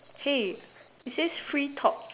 hey it says free talks